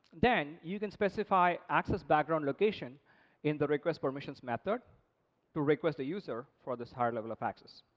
then you can specify access background location in the request permissions method to request a user for this higher level of access.